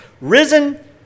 Risen